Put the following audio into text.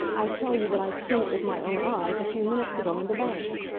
i tell you that i've seen it with my own eyes, a few minutes ago, in the bank.